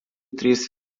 trys